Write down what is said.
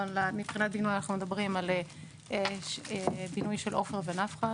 אבל מבחינת בינוי אנחנו מדברים על בינוי של עופר ונפחא,